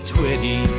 Twitty